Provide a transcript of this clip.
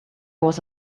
was